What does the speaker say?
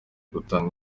gutanga